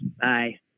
Bye